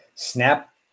snap